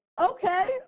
okay